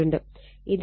ഇത് 2